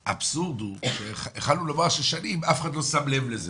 והאבסורד שיכולנו לומר שש שנים ואף אחד לא שם לב לזה,